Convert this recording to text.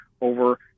over